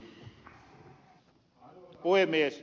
arvoisa puhemies